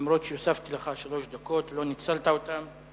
הוספתי לך שלוש דקות אבל לא ניצלת אותן.